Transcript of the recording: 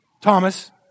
Thomas